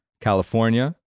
California